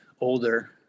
older